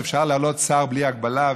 שאפשר להעלות שר בלי הגבלה,